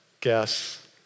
guess